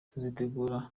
tuzitegura